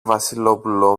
βασιλόπουλο